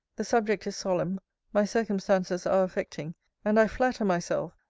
the subject is solemn my circumstances are affecting and i flatter myself,